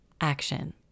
action